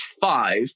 five